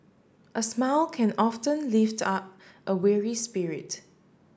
a smile can often lift up a weary spirit